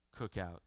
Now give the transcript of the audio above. cookout